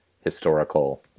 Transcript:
historical